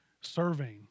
serving